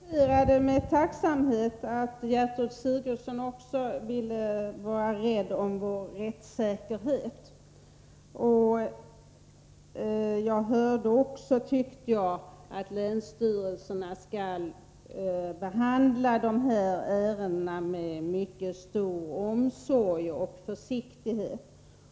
Herr talman! Jag noterade med tacksamhet att Gertrud Sigurdsen också vill värna om vår rättssäkerhet. Jag uppfattade även saken så, att fru Sigurdsen sade att länsstyrelserna skall behandla sådana här ärenden med mycket stor omsorg och försiktighet.